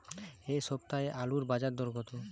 এ সপ্তাহে আলুর বাজার দর কত?